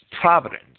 providence